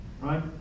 right